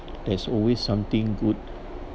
there's always something good